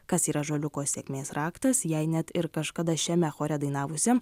kas yra ąžuoliuko sėkmės raktas jei net ir kažkada šiame chore dainavusiam